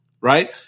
right